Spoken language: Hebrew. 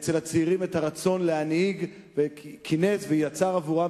אצל הצעירים את הרצון להנהיג וכינס ויצר עבורם